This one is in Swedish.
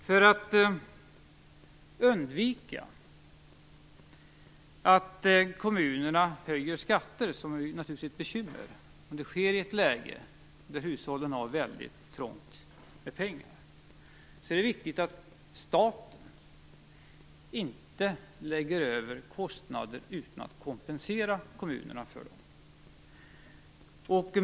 För att undvika att kommunerna höjer skatten - det är naturligtvis ett bekymmer - i ett läge där hushållen har ont om pengar, är det viktigt att staten inte lägger över kostnader utan att kompensera kommunerna för dem.